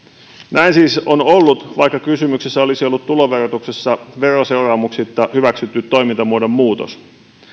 näin siis on ollut vaikka kysymyksessä olisi ollut tuloverotuksessa veroseuraamuksitta hyväksytty toimintamuodon muutos